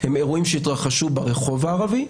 הם אירועים שהתרחשו ברחוב הערבי,